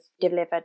delivered